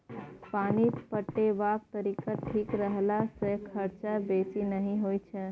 पानि पटेबाक तरीका ठीक रखला सँ खरचा बेसी नहि होई छै